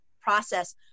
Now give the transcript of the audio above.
process